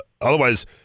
Otherwise